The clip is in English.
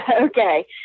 Okay